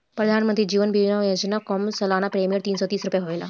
प्रधानमंत्री जीवन ज्योति बीमा योजना कअ सलाना प्रीमियर तीन सौ तीस रुपिया हवे